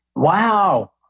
Wow